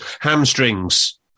Hamstrings